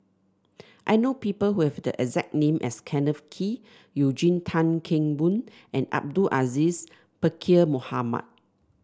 I know people who have the exact name as Kenneth Kee Eugene Tan Kheng Boon and Abdul Aziz Pakkeer Mohamed